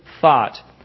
thought